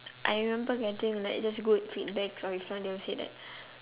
I remember getting like just good feedbacks or if not they will say that